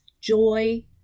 joy